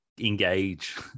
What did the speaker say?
engage